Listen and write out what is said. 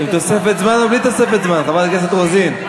עם תוספת זמן או בלי תוספת זמן, חברת הכנסת רוזין?